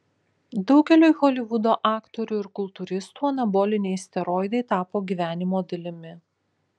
daugeliui holivudo aktorių ir kultūristų anaboliniai steroidai tapo gyvenimo dalimi